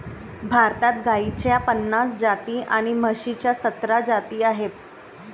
भारतात गाईच्या पन्नास जाती आणि म्हशीच्या सतरा जाती आहेत